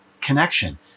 connection